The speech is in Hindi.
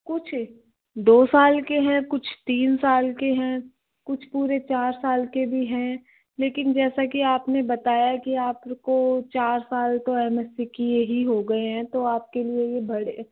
कुछ दो साल के हैं कुछ तीन साल के हैं कुछ पूरे चार साल के भी है लेकिन जैसा कि आपने बताया है कि आपको चार साल तो एम एस सी किए ही हो गए है तो आपके लिए ये बड़े